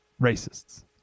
racists